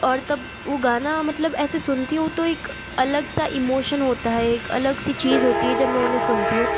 और तब वो गाना मतलब ऐसे सुनती हूँ तो एक अलग सा इमोशन होता है एक अलग सी चीज होती है जब मैं उन्हें सुनती हूँ